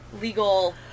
legal